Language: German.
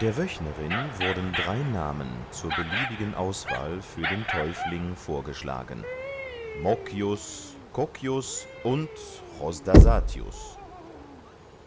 der wöchnerin wurden drei namen zur beliebigen auswahl für den täufling vorgeschlagen mokius kokius und chosdasatius